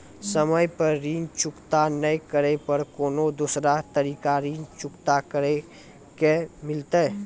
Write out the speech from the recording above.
समय पर ऋण चुकता नै करे पर कोनो दूसरा तरीका ऋण चुकता करे के मिलतै?